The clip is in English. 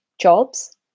jobs